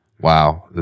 Wow